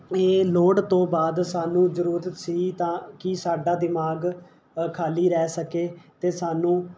ਇਹ ਲੋੜ ਤੋਂ ਬਾਅਦ ਸਾਨੂੰ ਜਰੂਰਤ ਸੀ ਤਾਂ ਕੀ ਸਾਡਾ ਦਿਮਾਗ ਖਾਲੀ ਰਹਿ ਸਕੇ ਅਤੇ ਸਾਨੂੰ